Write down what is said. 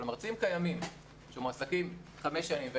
אבל מרצים קיימים שמועסקים במכללות חמש שנים,